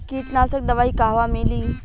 कीटनाशक दवाई कहवा मिली?